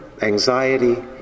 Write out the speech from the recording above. anxiety